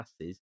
passes